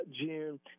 June